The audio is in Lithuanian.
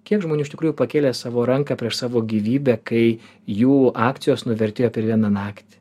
kiek žmonių iš tikrųjų pakėlė savo ranką prieš savo gyvybę kai jų akcijos nuvertėjo per vieną naktį